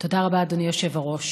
תודה רבה, אדוני היושב-ראש.